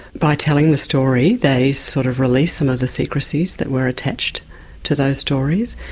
by telling the story they sort of release some of the secrecies that were attached to those stories,